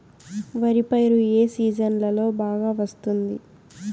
వరి పైరు ఏ సీజన్లలో బాగా వస్తుంది